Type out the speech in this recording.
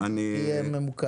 תהיה ממוקד.